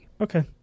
Okay